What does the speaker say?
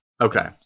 Okay